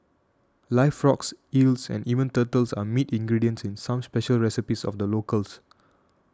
live frogs eels and even turtles are meat ingredients in some special recipes of the locals